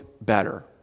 better